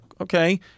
okay